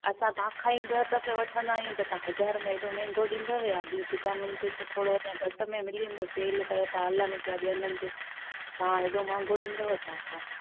असां तव्हांखा ई ॾह दफ़े वठंदा आहियूं त तव्हां हज़ार में एॾो महांगो ॾींदव या बि दुकानुनि ते त थोरो अञा घटि में मिली वेंदो सेल पए था हलनि पिया ॿियनि हंधि ते तव्हां एॾो महांगो ॾींदव छा असांखे